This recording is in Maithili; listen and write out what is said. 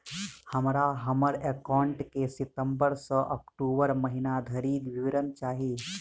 हमरा हम्मर एकाउंट केँ सितम्बर सँ अक्टूबर महीना धरि विवरण चाहि?